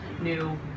new